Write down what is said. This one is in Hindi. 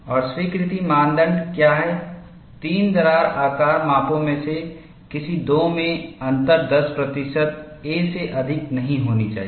और स्वीकृति मानदंड क्या है 3 दरार आकार मापों में से किसी 2 में अंतर 10 प्रतिशत a से अधिक नहीं होना चाहिए